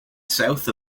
south